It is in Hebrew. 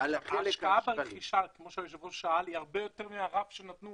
ההשקעה ברכישה, היא הרבה יותר מהרף שנתנו